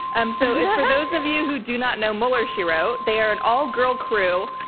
um so yeah for those of you who do not know mueller, she wrote, they are an all-girl crew